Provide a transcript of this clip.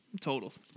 Totals